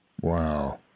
Wow